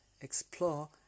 explore